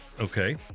Okay